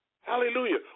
Hallelujah